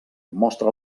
mostra